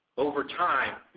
over time,